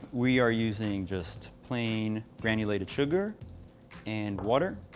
we are using just plain granulated sugar and water.